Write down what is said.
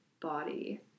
body